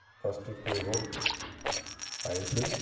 প্ৰস্তুত কৰিব পাৰিছিল